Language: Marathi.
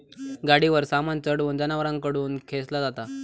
गाडीवर सामान चढवून जनावरांकडून खेंचला जाता